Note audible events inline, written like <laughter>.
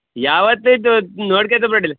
ಯಾವತ್ತು ಆಯ್ತು ಅವತ್ತು ನೋಡ್ಕ <unintelligible>